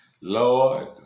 Lord